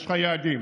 יש לך יעדים.